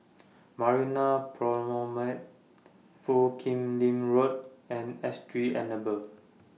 Marina Promenade Foo Kim Lin Road and S G Enable